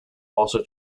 also